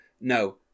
no